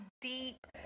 deep